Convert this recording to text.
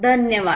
धन्यवाद